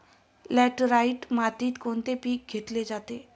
Laterite मातीत कोणते पीक घेतले जाते?